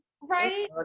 Right